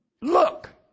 Look